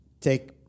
Take